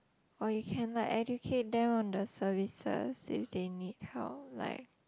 or you can like educate them on the services if they need help like